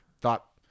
thought